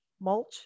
mulch